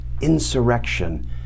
Insurrection